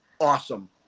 awesome